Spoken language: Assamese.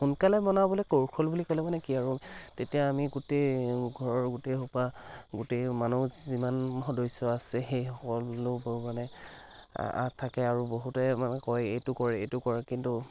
সোনকালে বনাবলৈ কৌশল বুলি ক'ব গ'লে কি আৰু তেতিয়া আমি গোটেই ঘৰৰ গোটেইসোপা গোটেই মানুহ যিমান সদস্য আছে সেই সকলোবোৰ মানে থাকে আৰু বহুতে মানে কয় এইটো কৰ এইটো কৰ কিন্তু